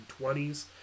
1920s